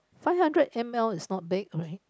five hundred m_l is not big right